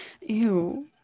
Ew